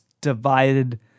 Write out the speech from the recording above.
divided